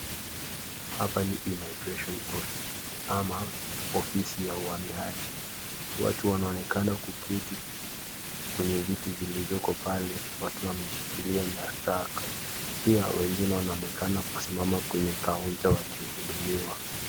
Hapa ni (SC) immigration office (SC), ama ofisi ya uhamiaje watu wanaonekana kuketi kwenye viti zilizoko pale wakiwa waeshikilia nyaraka, pia wanaonekana wakisimama kwenye (SC)counter (SC) wakihudhumiwa.